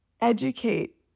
educate